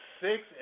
six